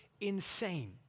insane